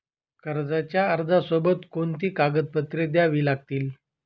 कर्जाच्या अर्जासोबत कोणती कागदपत्रे द्यावी लागतील?